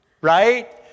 Right